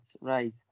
right